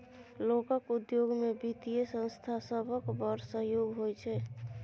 लोकक उद्योग मे बित्तीय संस्था सभक बड़ सहयोग होइ छै